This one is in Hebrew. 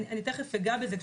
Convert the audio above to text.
תכף אני אגע בזה.